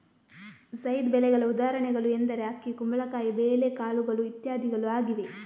ಝೈದ್ ಬೆಳೆಗಳ ಉದಾಹರಣೆಗಳು ಎಂದರೆ ಅಕ್ಕಿ, ಕುಂಬಳಕಾಯಿ, ಬೇಳೆಕಾಳುಗಳು ಇತ್ಯಾದಿಗಳು ಆಗಿವೆ